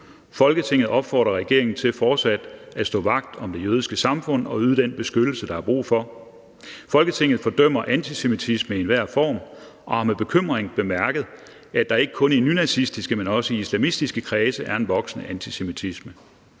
Folketinget opfordrer regeringen til fortsat at stå vagt om det jødiske samfund og yde den beskyttelse, der er brug for. Folketinget fordømmer antisemitisme i enhver form og har med bekymring bemærket, at der ikke kun i nynazistiske, men også i islamistiske kredse er en voksende antisemitisme.